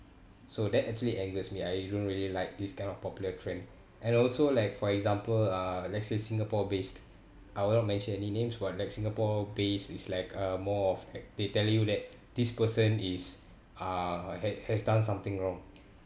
so that actually angers me I don't really like this kind of popular trend and also like for example uh let's say singapore based I'll not mention any names what like singapore based is like uh more of like they tell you that this person is uh has has done something wrong